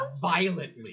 violently